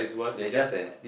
there's just that